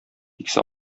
икесе